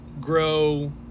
grow